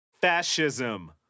Fascism